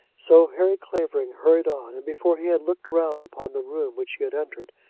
so harry clavering hurried on, and before he had looked round upon the room which he had entered,